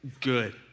good